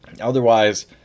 Otherwise